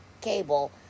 cable